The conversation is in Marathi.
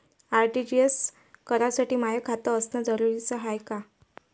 आर.टी.जी.एस करासाठी माय खात असनं जरुरीच हाय का?